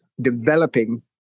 developing